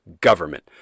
government